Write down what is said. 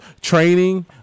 training